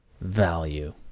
value